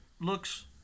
looks